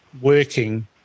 working